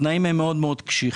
התנאים בה מאוד מאוד קשיחים,